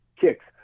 kicks